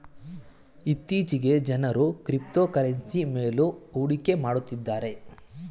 ಇತ್ತೀಚೆಗೆ ಜನರು ಕ್ರಿಪ್ತೋಕರೆನ್ಸಿ ಮೇಲು ಹೂಡಿಕೆ ಮಾಡುತ್ತಿದ್ದಾರೆ